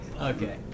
Okay